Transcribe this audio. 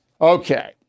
Okay